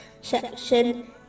section